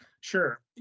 Sure